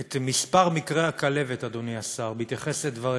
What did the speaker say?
את מספר מקרי הכלבת, אדוני השר, בהתייחס לדבריך,